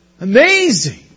Amazing